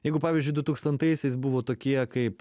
jeigu pavyzdžiui du tūkstantaisiais buvo tokie kaip